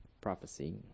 prophecy